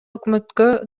өкмөткө